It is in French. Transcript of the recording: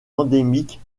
endémique